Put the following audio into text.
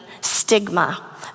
stigma